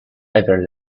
ever